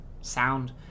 sound